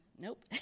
nope